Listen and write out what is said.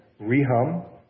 Rehum